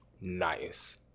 Nice